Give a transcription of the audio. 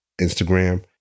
Instagram